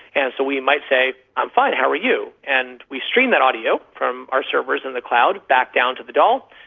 and so we might say, i'm fine, how are you? and we stream that audio from our servers in the cloud back down to the doll,